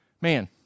man